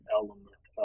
element